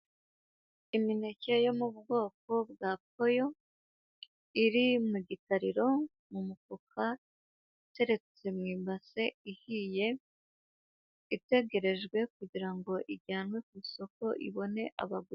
Imineke yo mu bwoko bwa poyo, iri mu gitariro mu mufuka iteretse mu ibasa ihiye, itegerejwe kugira ngo ijyanwe ku isoko ibone abaguzi.